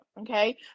okay